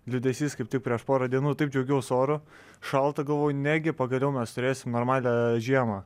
liūdesys kaip tik prieš porą dienų taip džiaugiaus oru šalta galvoju negi pagaliau mes turėsim normalią žiemą